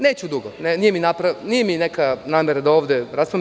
Neću dugo i nije mi neka namera da ovde raspravljam.